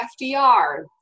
FDR